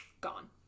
gone